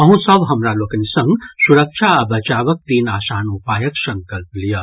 अहूँ सभ हमरा लोकनि संग सुरक्षा आ बचावक तीन आसान उपायक संकल्प लियऽ